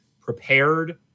prepared